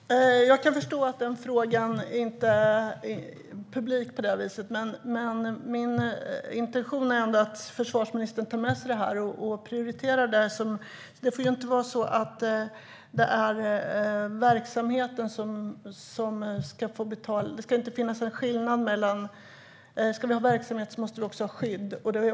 Herr talman! Jag kan förstå att frågan inte är publik på det viset, men min intention är att försvarsministern ska ta med sig och prioritera detta. Det får inte vara så att det är verksamheten som ska betala. Det ska inte finnas någon skillnad. Om vi ska ha verksamhet måste vi också ha skydd.